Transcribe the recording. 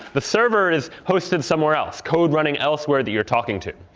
the server is hosted somewhere else, code running elsewhere that you're talking to.